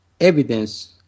evidence